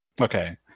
Okay